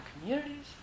communities